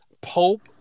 Pope